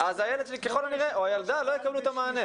הילד או הילדה לא יקבלו את המענה.